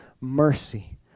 mercy